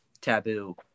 taboo